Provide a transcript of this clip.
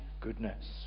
goodness